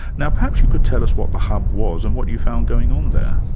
now perhaps you could tell us what the hub was, and what you found going on there?